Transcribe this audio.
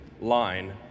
line